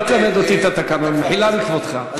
אל תלמד אותי את התקנון, במחילה מכבודך.